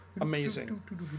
Amazing